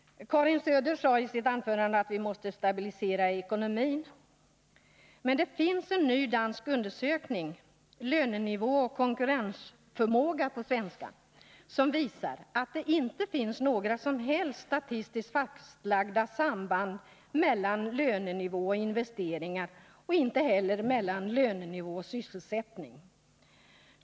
Karin Söder sade i sitt anförande att vi måste stabilisera ekonomin. Men det finns en ny dansk undersökning som på svenska heter Lönenivå och konkurrensförmåga, och den visar att det inte finns några som helst statistiskt fastlagda samband mellan lönenivå och investeringar — och inte heller mellan lönenivå och sysselsättning.